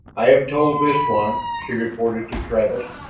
i have told this one, she reported to travis,